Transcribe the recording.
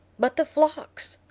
but the flocks!